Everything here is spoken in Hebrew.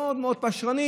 שהיא מאוד מאוד פשרנית,